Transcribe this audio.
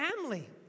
family